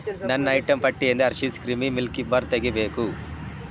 ನನ್ನ ಐಟಂ ಪಟ್ಟಿಯಿಂದ Hershey's creamy milky bar ತೆಗೀಬೇಕು